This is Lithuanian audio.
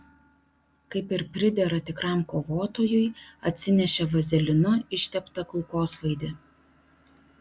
kaip ir pridera tikram kovotojui atsinešė vazelinu išteptą kulkosvaidį